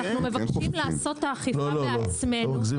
אנחנו מבקשים לעשות את האכיפה בעצמנו,